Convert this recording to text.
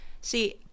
See